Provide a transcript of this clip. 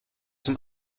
zum